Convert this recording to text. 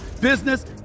business